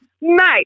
mate